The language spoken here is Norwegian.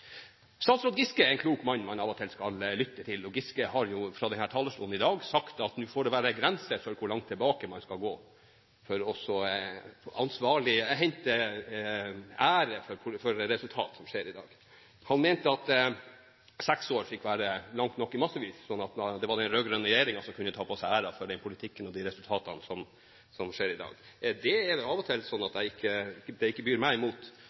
Statsråd Giske er en klok mann som man av og til skal lytte til. Statsråd Giske har fra denne talerstolen i dag sagt at nå får det være grenser for hvor langt tilbake i tid man skal gå for å hente ære for resultat som skjer i dag. Han mente at seks år fikk være langt nok tilbake i massevis, sånn at den rød-grønne regjeringen kan ta på seg æren for den politikken og de resultatene vi har i dag. Det er av og til sånn at det ikke byr meg imot.